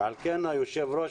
היושב ראש,